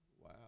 Wow